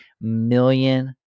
million